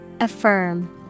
Affirm